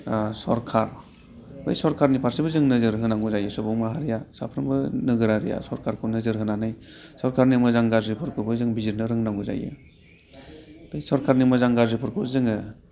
सरखार बै सरखारनि फारसेबो जों नोजोर होनांगौ जायो सुबुं माहारिया साफ्रोमबो नोगोरारिया सरखारखौ नोजोर होनानै सरखारनि मोजां गाज्रिफोरखौबो जों बिजिरनो रोंनांगौ जायो बे सरखारनि मोजां गाज्रिफोरखौ जोङो